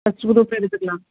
first க்ரூப்பே எடுத்துக்கலாம்